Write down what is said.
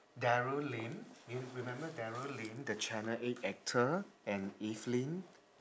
darren lim you remember the darren lim the channel eight actor and evelyn